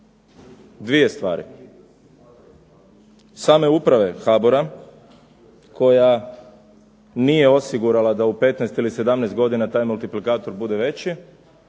dvije stvari. Same uprave HABOR-a koja nije osigurala da u 15 ili 17 godina taj multiplikator bude veći.